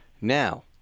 now